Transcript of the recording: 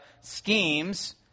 schemes